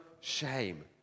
shame